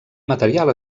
material